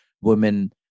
women